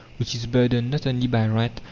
which is burdened not only by rent,